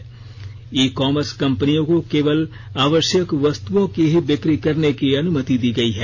ई commerce कंपनियों को केवल आवश्यक वस्तुओं की ही बिक्री करने की अनुमति दी गई है